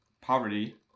poverty